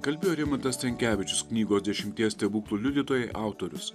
kalbėjo rimantas stankevičius knygos dešimties stebuklų liudytojai autorius